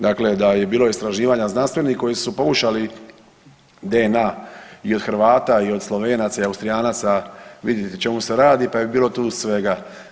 Dakle, da je bilo istraživanja znanstvenih koji su pokušali DNA i od Hrvata i od Slovenaca i Austrijanaca vidjeti o čemu se radi, pa je bilo tu svega.